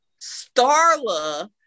Starla